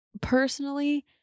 Personally